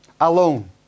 alone